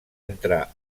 entrar